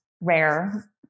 rare